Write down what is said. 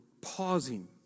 pausing